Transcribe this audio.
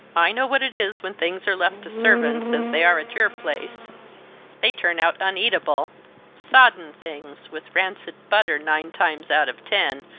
i know what it is when things are left to servants, as they are at your place they turn out uneatable soddened things, with rancid butter, nine times out of ten,